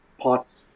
pots